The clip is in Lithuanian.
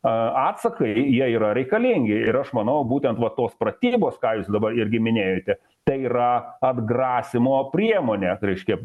atsakai jie yra reikalingi ir aš manau būtent na tos pratybos ką jūs dabar irgi minėjote tai yra atgrasymo priemonė reiškia